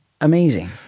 amazing